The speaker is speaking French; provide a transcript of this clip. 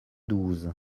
douze